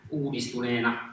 uudistuneena